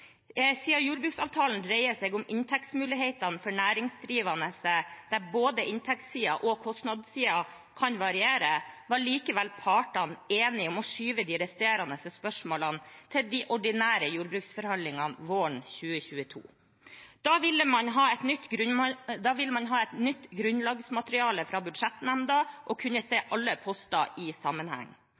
Siden jordbruksavtalen dreier seg om inntektsmulighetene for næringsdrivende, der både inntektssiden og kostnadssiden kan variere, var partene likevel enige om å skyve de resterende spørsmålene til de ordinære jordbruksforhandlingene våren 2022. Da ville man ha et nytt grunnlagsmateriale fra budsjettnemnda og kunne se alle poster i sammenheng.